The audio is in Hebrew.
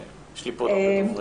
יש לי פה עוד הרבה דוברים.